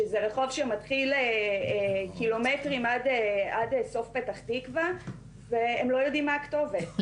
שזה רח' שמתחיל קילומטרים עד סוף פתח תקווה והם לא יודעים מה הכתובת,